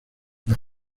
las